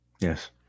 Yes